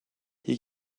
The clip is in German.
hier